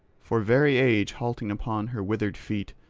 for very age halting upon her withered feet,